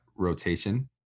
Rotation